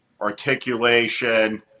articulation